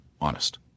honest